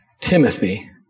Timothy